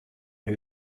who